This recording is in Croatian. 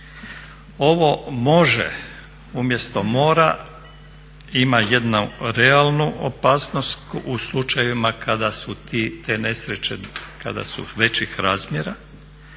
Ovo može umjesto mora ima jednu realnu opasnost u slučajevima kada su te nesreće većih razmjera